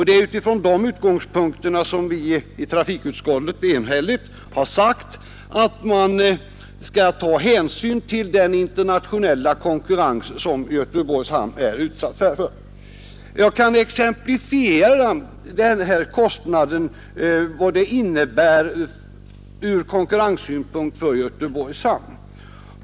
Det är från de utgångspunkterna som vi i trafikutskottet enhälligt uttalat att man skall ta hänsyn till den internationella konkurrens som Göteborgs hamn är utsatt för. Jag kan exemplifiera vad dessa kostnader innebär från konkurrenssynpunkt för Göteborgs hamn.